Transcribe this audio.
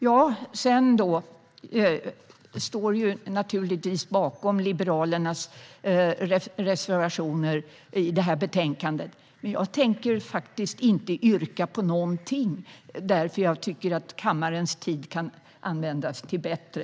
Jag står naturligtvis bakom Liberalernas reservationer i det här betänkandet, men jag tänker faktiskt inte yrka på någonting eftersom jag tycker att kammarens tid kan användas bättre.